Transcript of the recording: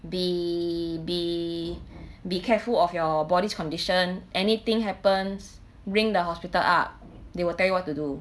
be be be careful of your body's condition anything happens ring the hospital up they will tell you what to do